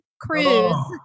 cruise